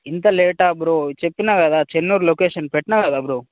ఇంత లేటా బ్రో చెప్పిన కదా చెన్నూరు లొకేషన్ పెట్టిన కదా బ్రో